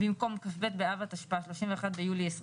במקום 'כ"ב באב התשפ"א 31 ביולי 2021'